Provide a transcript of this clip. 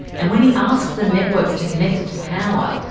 and when he asked the networks to connect it to power,